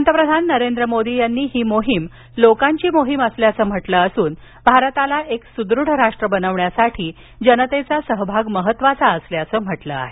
पंतप्रधान नरेंद्र मोदी यांनी ही मोहीम लोकांची मोहीम असल्याचे म्हटले असून भारताला एक सुदृढ राष्ट्र बनवण्यासाठी जनतेचा सहभाग महत्त्वाचा असल्याचं म्हटलं आहे